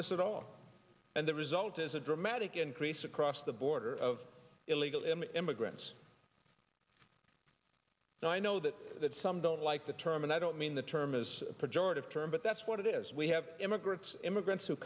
this at all and the result is a dramatic increase across the border of illegal immigrants and i know that that some don't like the term and i don't mean the term is pejorative term but that's what it is we have immigrants immigrants who